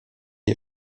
jej